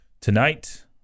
Tonight